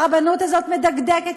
הרבנות הזאת מדקדקת,